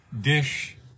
Dish